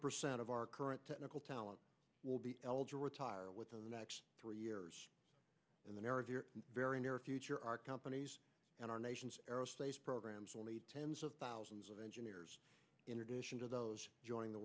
percent of our current technical talent will be eligible retire within the next three years in the near of your very near future our companies and our nation's aerospace programs only tens of thousands of engineers in addition to those joining the